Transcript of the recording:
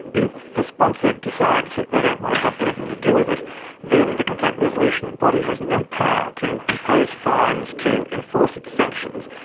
if the sponsor decides that they don't want to have anything to do with it then the complaint resolution and body has no power to impose fines to enforce its sanctions.